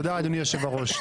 תודה, אדוני יושב הראש.